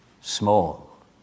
small